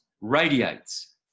radiates